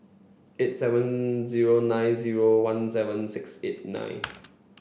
eight seven zero nine zero one seven six eight nine